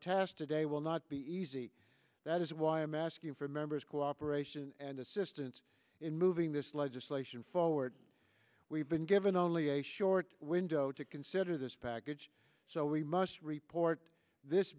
task today will not be easy that is why i'm asking for members cooperation and assistance in moving this legislation forward we've been given only a short window to consider this package so we must report this